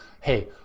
Hey